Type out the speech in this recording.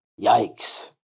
Yikes